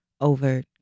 over